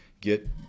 get